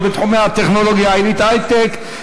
בתחומי הטכנולוגיה העילית (היי-טק)